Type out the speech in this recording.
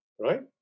right